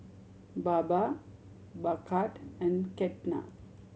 Baba Bhagat and Ketna